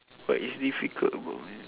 what is difficult about ma